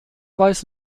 weiß